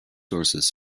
sources